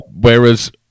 whereas